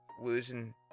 losing